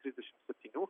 trisdešimt septynių